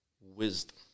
wisdom